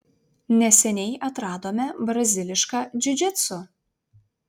neseniai atradome brazilišką džiudžitsu